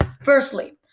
Firstly